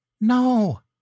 No